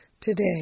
today